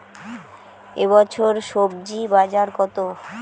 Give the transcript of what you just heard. এ বছর স্বজি বাজার কত?